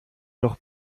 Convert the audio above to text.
noch